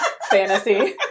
Fantasy